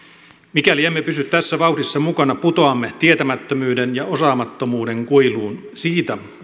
mikäli emme pysy tässä vauhdissa mukana putoamme tietämättömyyden ja osaamattomuuden kuiluun siitä